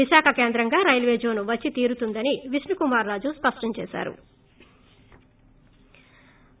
విశాఖ కేంద్రంగా railway zone వచ్చి తీరుతుందని విష్ణుకుమార్ రాజు స్పష్టం చేశారు